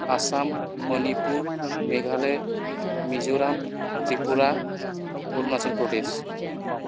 Assam Manipur Meghalaya Mizoram Tripura Arunachal Pradesh